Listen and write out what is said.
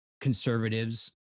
conservatives